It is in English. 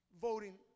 voting